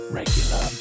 regular